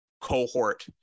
cohort